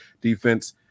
defense